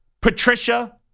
Patricia